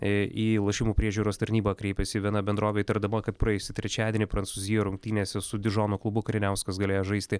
į lošimų priežiūros tarnybą kreipėsi viena bendrovė įtardama kad praėjusį trečiadienį prancūzijoj rungtynėse su dižono klubu kariniauskas galėjo žaisti